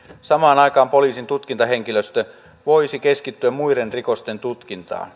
samaan aikaan poliisin tutkintahenkilöstö voisi keskittyä muiden rikosten tutkintaan